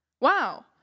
Wow